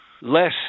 less